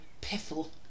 Piffle